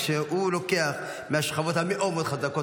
כשהוא לוקח מהשכבות המאוד חזקות,